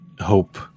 hope